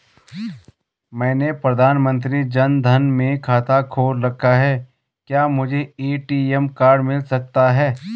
मैंने प्रधानमंत्री जन धन में खाता खोल रखा है क्या मुझे ए.टी.एम कार्ड मिल सकता है?